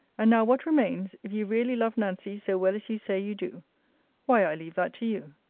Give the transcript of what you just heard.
and now what remains, if you really love nancy so well as you say you do why, i leave that to you.